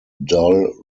dull